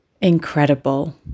incredible